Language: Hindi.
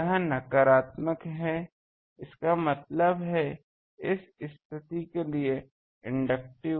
यह नकारात्मक है इसका मतलब है इस स्थिति के लिए इंडक्टिव